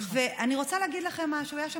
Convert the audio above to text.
ואני רוצה להגיד לכם משהו, היה שם,